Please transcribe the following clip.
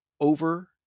over